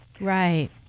Right